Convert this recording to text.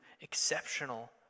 exceptional